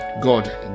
God